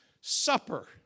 Supper